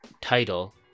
title